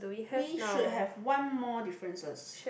we should have one more differences